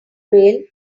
rail